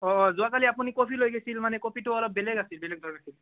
অঁ অঁ যোৱাকালি আপুনি ক'বি লৈ গৈছিল মানে ক'বিটো অলপ বেলেগ আছিল বেগ আছিল